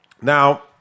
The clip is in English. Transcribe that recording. Now